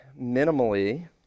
minimally